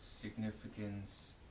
significance